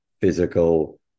physical